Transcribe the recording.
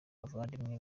bavandimwe